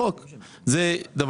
יש משהו